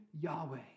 Yahweh